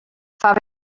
faves